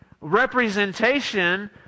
representation